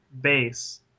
base